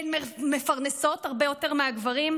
הן מפרנסות הרבה יותר מהגברים,